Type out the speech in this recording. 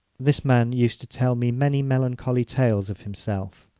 this man used to tell me many melancholy tales of himself.